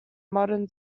modern